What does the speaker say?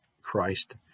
christ